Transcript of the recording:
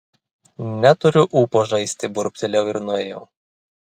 neturiu ūpo žaisti burbtelėjau ir nuėjau